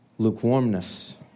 lukewarmness